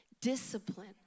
discipline